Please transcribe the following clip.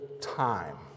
time